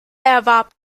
erwarb